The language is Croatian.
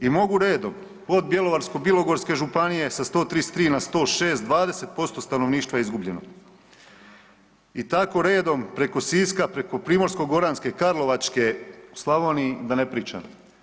I mogu redom od Bjelovarsko-bilogorske županije sa 133 na 106 20% stanovništva izgubljeno i tako redom preko Siska, preko Primorsko-goranske, Karlovačke o Slavoniji da ne pričam.